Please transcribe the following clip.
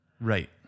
Right